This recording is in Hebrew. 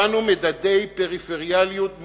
מדדי פריפריאליות מובהקים,